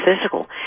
physical